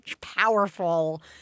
powerful